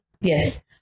Yes